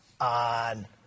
on